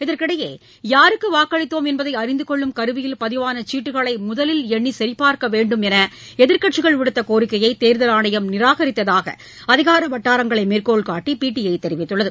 இதற்கிடையேயாருக்குவாக்களித்தோம் என்பதைஅறிந்துகொள்ளும் கருவியில் பதிவானசீட்டுகளைமுதலில் எண்ணிசரிபார்க்கவேண்டும் என்றுஎதிர்க்கட்சிகள் விடுத்தகோரிக்கையைதேர்தல் ஆணையம் நிராகரித்தாகஅதிகாரவட்டாரங்களைமேற்கோள்காட்டிபிடிஐதெரிவித்துள்ளது